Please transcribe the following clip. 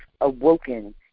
awoken